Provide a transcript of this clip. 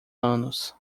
anos